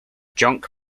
junk